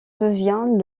devient